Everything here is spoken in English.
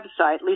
website